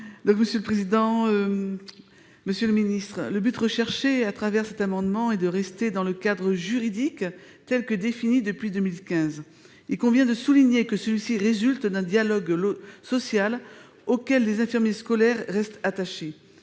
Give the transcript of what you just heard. présenter l'amendement n° 78 rectifié . Le but visé à travers cet amendement est de rester dans le cadre juridique tel qu'il est défini depuis 2015. Il convient de souligner que celui-ci résulte d'un dialogue social auquel les infirmiers scolaires restent attachés.